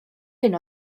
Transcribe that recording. hyn